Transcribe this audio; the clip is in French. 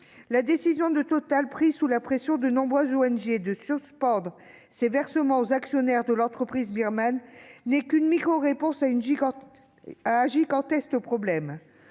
La décision de Total, prise sous la pression de nombreuses ONG, de suspendre ses versements aux actionnaires de l'entreprise birmane n'est qu'une micro-réponse à un gigantesque problème.